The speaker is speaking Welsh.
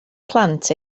plant